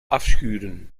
afschuren